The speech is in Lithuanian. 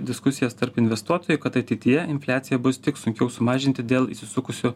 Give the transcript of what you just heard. diskusijas tarp investuotojų kad ateityje infliaciją bus tik sunkiau sumažinti dėl įsisukusio